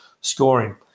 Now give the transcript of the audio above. Scoring